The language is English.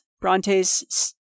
Brontes